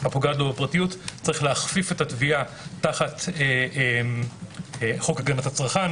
הפוגעת לו בפרטיות צריך להכפיף את התביעה תחת חוק הגנת הצרכן,